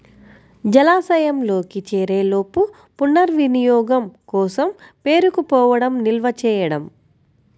జలాశయంలోకి చేరేలోపు పునర్వినియోగం కోసం పేరుకుపోవడం నిల్వ చేయడం